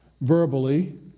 verbally